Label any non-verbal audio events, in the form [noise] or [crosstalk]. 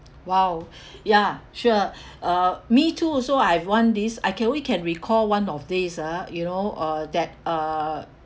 !wow! [breath] ya sure [breath] uh me too also I've won this I can only can recall one of these uh you know uh that uh